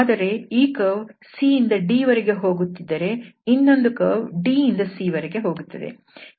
ಆದರೆ ಈ curve c ಇಂದ d ವರೆಗೆ ಹೋಗುತ್ತಿದ್ದರೆ ಇನ್ನೊಂದು ಕರ್ವ್ d ಇಂದ c ವರೆಗೆ ಹೋಗುತ್ತದೆ